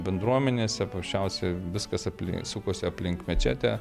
bendruomenėse paprasčiausiai viskas aplink sukosi aplink mečetę